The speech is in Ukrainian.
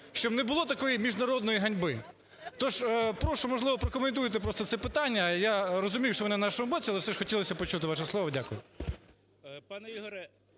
щоб не було такої міжнародної ганьби. Тож прошу, можливо, прокоментуйте просто це питання. Я розумію, що ви на нашому боці, але ж все ж хотілося почути ваше слово. Дякую.